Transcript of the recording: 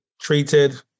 treated